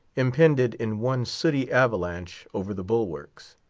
impended in one sooty avalanche over the bulwarks.